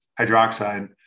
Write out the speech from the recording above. hydroxide